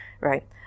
right